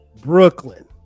Brooklyn